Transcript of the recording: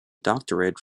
doctorate